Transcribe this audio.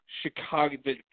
Chicago